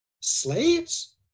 slaves